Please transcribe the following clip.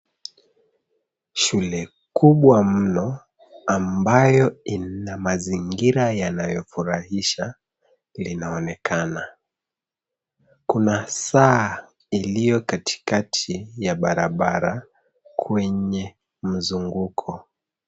Shule kubwa mno ambayo ina mazingira yanaofurahisha linaonekana. Kuna saa ilio katika ya barabara kwenye mzunguko.